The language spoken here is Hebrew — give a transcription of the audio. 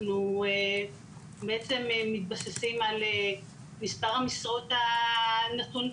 אנחנו בעצם מתבססים על מספר המשרות שנתון בשטח,